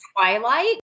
twilight